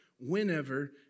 whenever